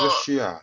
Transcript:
just 去 ah